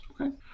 Okay